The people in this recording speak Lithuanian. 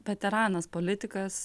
veteranas politikas